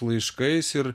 laiškais ir